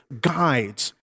guides